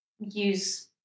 use